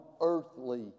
earthly